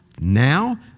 now